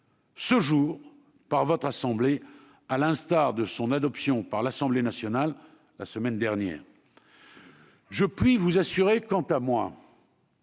ce jour par votre assemblée, à l'instar de son adoption par l'Assemblée nationale la semaine dernière. Je puis vous assurer, pour ma